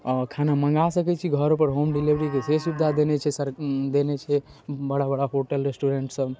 आओर खाना मँगा सकै छी घरपर होम डिलिवरीके से सुविधा देने छै देने छै सर देने छै बड़ा बड़ा होटल रेस्टोरेन्टसब